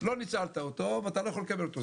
לא ניצלת אותו ואתה לא יכול לקבל אותו.